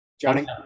Johnny